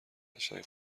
قشنگ